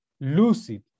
lucid